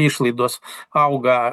išlaidos auga